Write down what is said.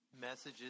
messages